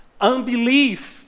unbelief